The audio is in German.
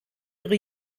ihre